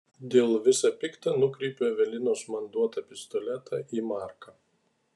dėl visa pikta nukreipiu evelinos man duotą pistoletą į marką